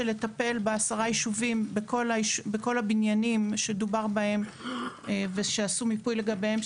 לטפל בעשרה ישובים בכל הבניינים שדובר בהם ושעשו מיפוי לגביהם,